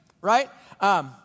right